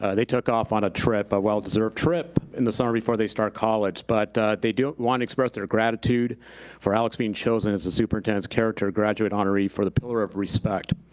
ah they took off on a trip, a well deserved trip, in the summer before they start college. but they do wanna express their gratitude for alex being chosen as the superintendent's character graduate honoree for the pillar of respect.